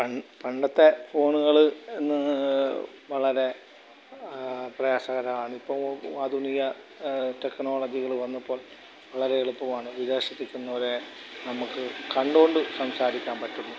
പ പണ്ടത്തെ ഫോണുകൾ ഇന്ന് വളരെ പ്രയാസകരമാണ് ഇപ്പോൽ ആധുനിക ടെക്നോളജികൾ വന്നപ്പോൾ വളരെ എളുപ്പമാണ് വിദേശത്ത് നിൽക്കുന്നവരെ നമുക്ക് കണ്ടുകൊണ്ട് സംസാരിക്കാൻ പറ്റുന്നു